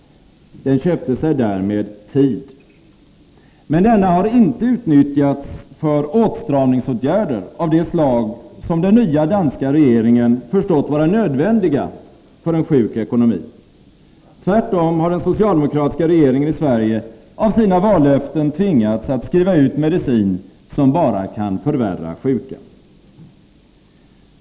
Den köpte sig därmed tid. Men denna har inte utnyttjats för åtstramningsåtgärder av det slag som den nya danska regeringen förstått vara nödvändiga för en sjuk ekonomi. Tvärtom har den socialdemokratiska regeringen i Sverige av sina vallöften tvingats att skriva ut medicin som bara kan förvärra sjukan.